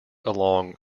along